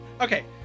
Okay